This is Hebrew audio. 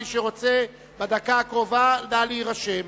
מי שרוצה בדקה הקרובה, נא להירשם.